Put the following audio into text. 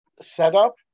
setup